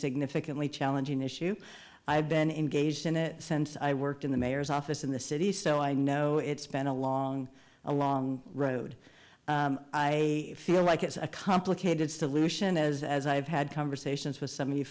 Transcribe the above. significantly challenging issue i've been engaged in a sense i worked in the mayor's office in the city so i know it's been a long a long road i feel like it's a complicated solution as as i've had conversations with some